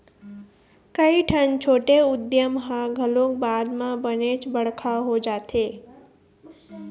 कइठन छोटे उद्यम ह घलोक बाद म बनेच बड़का हो जाथे